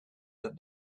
that